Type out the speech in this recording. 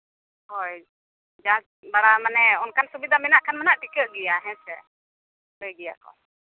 ᱦᱳᱭ ᱡᱟᱡᱽ ᱵᱟᱲᱟ ᱢᱟᱱᱮ ᱚᱱᱠᱟᱱ ᱥᱩᱵᱤᱫᱷᱟ ᱢᱮᱱᱠᱷᱟᱱ ᱦᱟᱸᱜ ᱴᱤᱠᱟᱹᱜ ᱜᱮᱭᱟ ᱦᱮᱸ ᱥᱮ ᱞᱟᱹᱭ ᱜᱮᱭᱟᱠᱚ